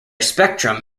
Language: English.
spectrum